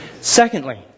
Secondly